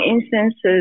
instances